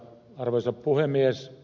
arvoisa puhemies